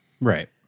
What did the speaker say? right